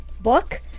book